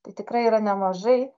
tai tikrai yra nemažai